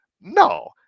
No